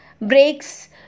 breaks